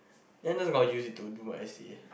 then just gonna use it to do essay